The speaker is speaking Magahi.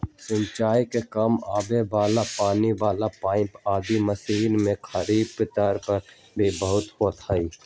सिंचाई के काम आवे वाला पानी वाला पाईप आदि मशीनवन के खरीदारी भी बहुत होते हई